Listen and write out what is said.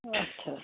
अच्छा